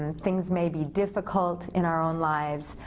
and things may be difficult in our own lives,